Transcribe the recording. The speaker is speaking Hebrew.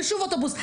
ושוב אוטובוס.